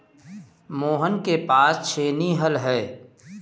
मोहन के पास छेनी हल है